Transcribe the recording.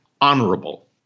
honorable